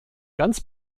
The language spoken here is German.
ganz